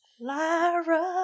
Lyra